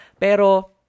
Pero